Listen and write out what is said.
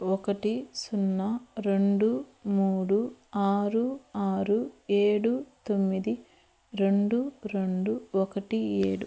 ఒకటి సున్నా రెండు మూడు ఆరు ఆరు ఏడు తొమ్మిది రెండు రెండు ఒకటి ఏడు